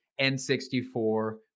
N64